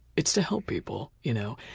it's to help people. you know